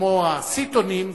כמו הסיטונים: